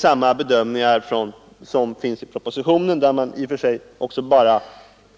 Samma bedömning återfinns i propositionen, där man också bara